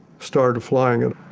started flying it.